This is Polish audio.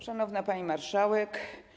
Szanowna Pani Marszałek!